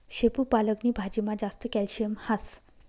शेपू पालक नी भाजीमा जास्त कॅल्शियम हास